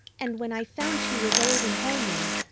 and when i found she was old and homely,